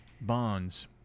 Bonds